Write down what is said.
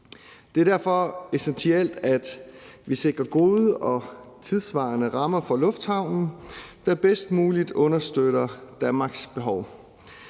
Det er derfor essentielt, at vi sikrer gode og tidssvarende rammer for lufthavnen, der bedst muligt understøtter Danmarks behov.